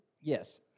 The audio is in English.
Yes